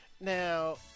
Now